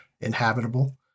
inhabitable